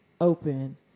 open